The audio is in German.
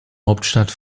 hauptstadt